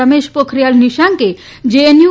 રમેશ પોખરિયાલ નિશાંકે જેએનયુ